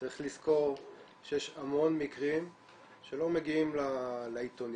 צריך לזכור שיש המון מקרים שלא מגיעים לעיתונים,